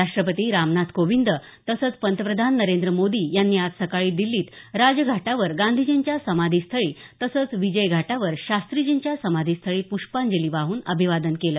राष्टपती रामनाथ कोविंद तसंच पंतप्रधान नरेंद्र मोदी यांनी आज सकाळी दिल्लीत राजघाटावर गांधीजींच्या समाधीस्थळी तसंच विजयघाटावर शास्त्रीजींच्या समाधीस्थळी प्रष्पांजली वाहून अभिवादन केलं